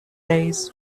days